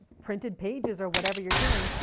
printed pages or whatever you're doing.